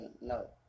no